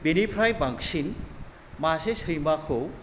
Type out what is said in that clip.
बेनिफ्राय बांसिन मासे सैमाखौ